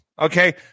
Okay